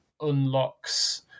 unlocks